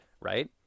right